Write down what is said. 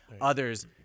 Others